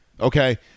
okay